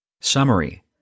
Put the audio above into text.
Summary